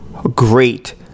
great